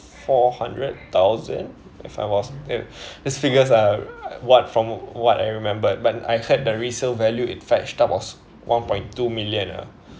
four hundred thousand if I was it~ these figures are what from what I remembered when I heard the resale value it fetched up was one point two million ah